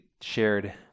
shared